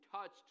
touched